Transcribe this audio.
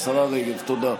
השרה רגב, תודה.